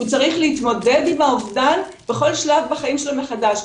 הוא צריך להתמודד עם האובדן בכל שלב בחיים שלו מחדש.